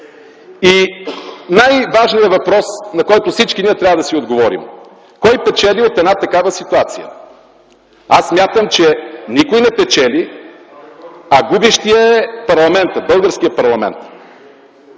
И най-важният въпрос, на който всички ние трябва да си отговорим: кой печели от една такава ситуация? Аз смятам, че никой не печели, а губещият е парламентът – българският парламент!